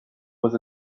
was